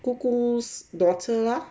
姑姑 daughter lor